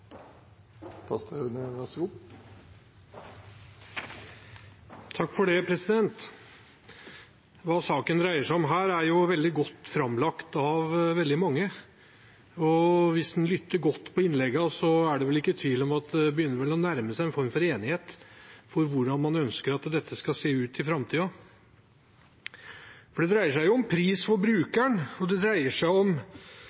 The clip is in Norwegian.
Hva saken dreier seg om her, er veldig godt framlagt av veldig mange. Hvis en lytter godt til innleggene, er det vel ikke tvil om at det begynner å nærme seg en form for enighet om hvordan man ønsker at dette skal se ut i framtiden. Det dreier seg om pris for brukeren, det dreier seg om refusjon fra det offentlige, her fylkene, og det dreier seg om